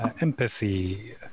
Empathy